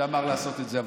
שאמר לעשות את זה.